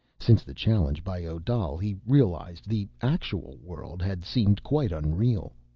since the challenge by odal, he realized, the actual world had seemed quite unreal.